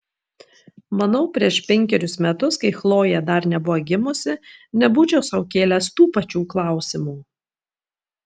manau prieš penkerius metus kai chlojė dar nebuvo gimusi nebūčiau sau kėlęs tų pačių klausimų